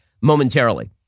momentarily